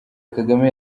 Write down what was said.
kagame